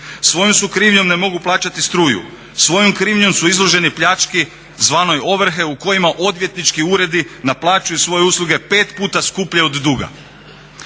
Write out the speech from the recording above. Svojom krivnjom ne mogu plaćati struju, svojom krivnjom su izloženi pljački zvanoj ovrhe u kojima odvjetnički uredi naplaćuju svoje usluge pet puta skuplje od duga.